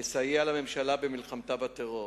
יסייע לממשלה במלחמתה בטרור.